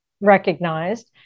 recognized